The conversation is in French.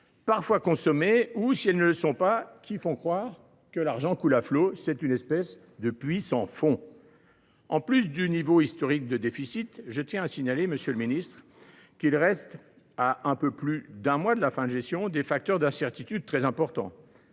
parfois consommées, mais qui, si elles ne le sont pas, font croire que l’argent coule à flots. C’est une espèce de puits sans fond ! En plus du niveau historique de déficit, je tiens à signaler, monsieur le ministre, qu’il reste, à un peu plus d’un mois de la fin de gestion, des facteurs très importants